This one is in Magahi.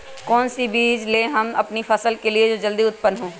कौन सी बीज ले हम अपनी फसल के लिए जो जल्दी उत्पन हो?